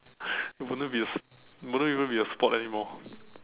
it wouldn't be a s~ it wouldn't even be a sport anymore